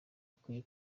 akwiye